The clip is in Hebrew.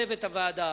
צוות הוועדה,